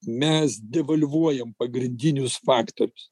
mes devalvuojam pagrindinius faktorius